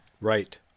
Right